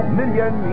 million